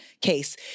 case